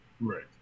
Right